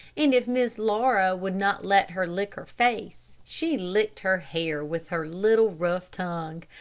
and if miss laura would not let her lick her face, she licked her hair with her little, rough tongue.